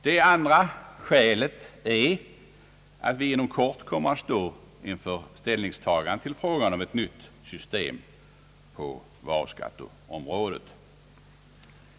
Det andra skälet är att vi inom kort kommer att stå inför ställningstagande till frågan om ett nytt system på varuskatteområdet.